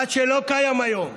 מה שלא קיים היום.